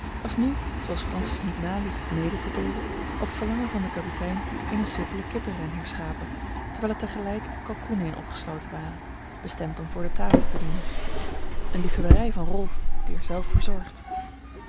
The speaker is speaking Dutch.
was nu zooals francis niet naliet mede te deelen op verlangen van den kapitein in eene simpele kippenren herschapen terwijl er tegelijk kalkoenen in opgesloten waren bestemd om voor de tafel te dienen eene liefhebberij van rolf die er zelf